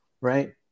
right